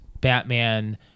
Batman